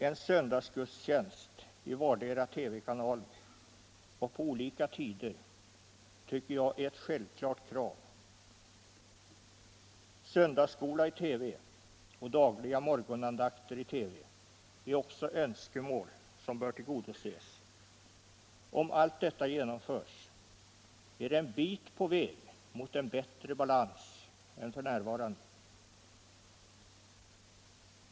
En söndagsgudstjänst i vardera TV-kanalen och på olika tider tycker Jag är ett självklart krav. Söndagsskola i TV och dagliga morgonandakter i TV är också önskemål som bör tillgodoses. Om allt detta genomförs är det en bit på väg mot en bättre balans än f. n.